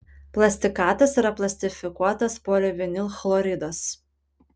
plastikatas yra plastifikuotas polivinilchloridas